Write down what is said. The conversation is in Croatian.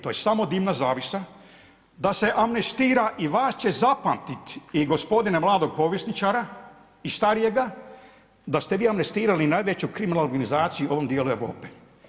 To je samo dimna zavjesa da se amnestira i vaš će zapamtiti i gospodina mladog povjesničara i starijega da ste vi amnestirali najveću kriminalnu organizaciju u ovom dijelu Europe.